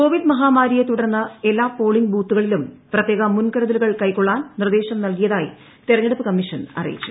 Covid മഹാമാരിയെത്തുടർന്ന് എല്ലാ polling ബൂത്തുകളിലും പ്രത്യേക മുൻകരുതലുകൾ കൈക്കൊള്ളാൻ നിർദ്ദേശം നൽകിയതായി തെരഞ്ഞെടുപ്പ് കമ്മീഷൻ അറിയിച്ചു